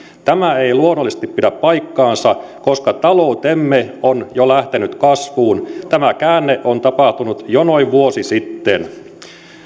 tämä ei luonnollisesti pidä paikkaansa koska taloutemme on jo lähtenyt kasvuun tämä käänne on tapahtunut jo noin vuosi sitten